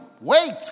Wait